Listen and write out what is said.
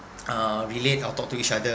uh relate or talk to each other